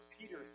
Peter